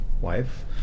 wife